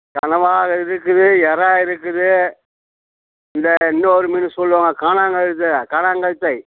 கனவா இருக்குது இறா இருக்குது இந்த இன்னோரு மீன் சொல்லுவாங்க கானாங்கெளுத்த கானாங்கெளுத்தை